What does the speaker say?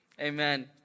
Amen